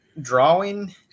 drawing